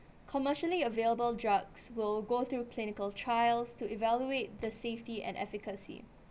commercially available drugs will go through clinical trials to evaluate the safety and efficacy